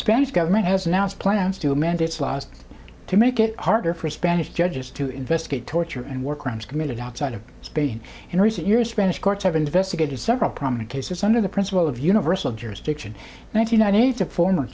spanish government has announced plans to amend its laws to make it harder for spanish judges to investigate torture and war crimes committed outside of spain in recent years spanish courts have investigated several prominent cases under the principle of universal jurisdiction ninety nine need to form